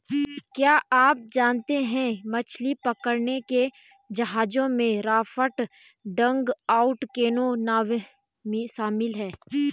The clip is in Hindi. क्या आप जानते है मछली पकड़ने के जहाजों में राफ्ट, डगआउट कैनो, नावें शामिल है?